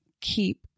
Keep